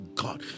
god